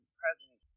present